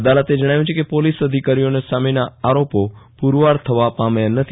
અદાલતે જણાવ્યું કે પોલીસ અધિકારોઓના સામેના આરોપો પુરવાર થવા પામ્યા નથી